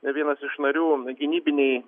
vienas iš narių gynybinėj